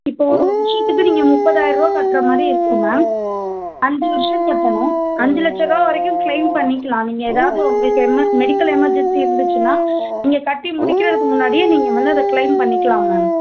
இப்போ ஒரு விஷயத்துக்கு நீங்கள் முப்பதாயிரரூவா கட்டுற மாதிரி இருக்கும் மேம் அஞ்சு வருஷம் கட்டணும் அஞ்சு லட்சரூவா வரைக்கும் க்ளைம் பண்ணிக்கலாம் நீங்கள் ஏதாவது உங்களுக்கு எதனா மெடிக்கல் எமெர்ஜென்சி இருந்துச்சுன்னா நீங்கள் கட்டி முடிக்கிறதுக்கு முன்னாடியே நீங்கள் முதல்ல அதை க்ளைம் பண்ணிக்கலாம் மேம்